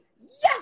Yes